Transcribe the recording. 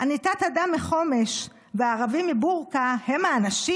אני תת-אדם מחומש, והערבים מבורקה הם האנשים.